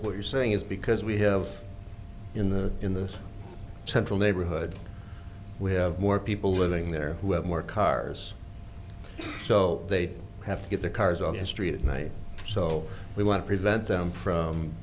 what you're saying is because we have in the in the central neighborhood we have more people living there who have more cars so they have to get the cars of history that night so we want to prevent them from